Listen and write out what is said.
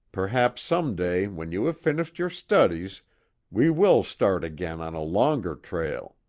perhaps some day when you have finished your studies we will start again on a longer trail.